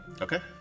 Okay